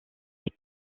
les